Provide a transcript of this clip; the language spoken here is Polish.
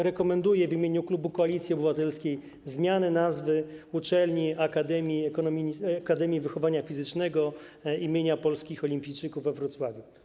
Rekomenduję w imieniu klubu Koalicji Obywatelskiej zmianę nazwy uczelni na nazwę: Akademia Wychowania Fizycznego im. Polskich Olimpijczyków we Wrocławiu.